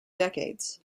decades